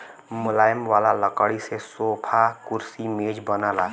मुलायम वाला लकड़ी से सोफा, कुर्सी, मेज बनला